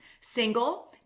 single